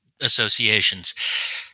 associations